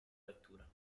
lettura